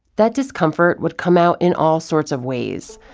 that discomfort would come out in all sorts of ways.